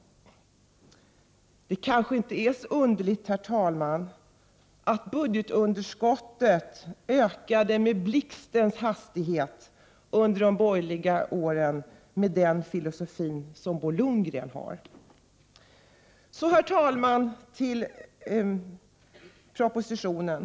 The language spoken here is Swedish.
Det kanske inte är så nderligt, herr talman, att budgetunderskottet ökade med blixtens hastighet nder de borgerliga åren — med den filosofi som Bo Lundgren har. Så, herr talman, till propositionen.